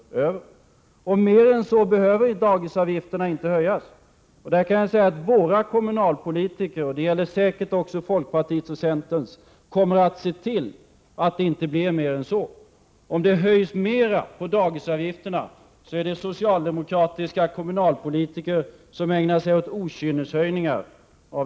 över. Mer än så behöver inte dagisavgifterna höjas. Där kan jag säga att våra kommunala politiker — det gäller säkert också folkpartiets och centerns — kommer att se till att det inte blir mer än så. Om dagisavgifterna höjs mer, är det socialdemokratiska kommunalpolitiker som ägnar sig åt okynneshöjningar.